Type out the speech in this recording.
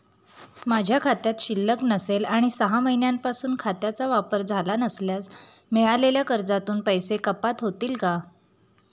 माझ्या खात्यात शिल्लक नसेल आणि सहा महिन्यांपासून खात्याचा वापर झाला नसल्यास मिळालेल्या कर्जातून पैसे कपात होतील का?